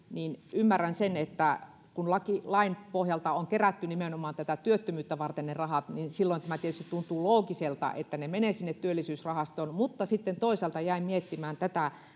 ymmärrän sen että kun lain lain pohjalta on kerätty nimenomaan työttömyyttä varten ne rahat niin silloin tämä tietysti tuntuu loogiselta että ne menevät sinne työllisyysrahastoon mutta sitten toisaalta jäin miettimään tätä